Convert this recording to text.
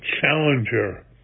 challenger